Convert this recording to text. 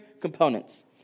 components